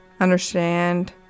understand